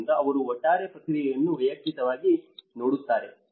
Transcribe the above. ಆದ್ದರಿಂದ ಅವರು ಒಟ್ಟಾರೆ ಪ್ರಕ್ರಿಯೆಯನ್ನು ವೈಯಕ್ತಿಕವಾಗಿ ನೋಡುತ್ತಾರೆ